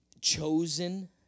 chosen